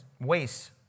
wastes